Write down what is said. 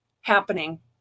happening